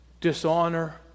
dishonor